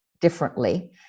differently